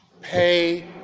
pay